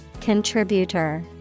Contributor